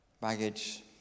baggage